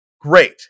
great